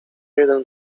jeden